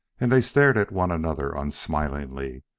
and they stared at one another unsmilingly,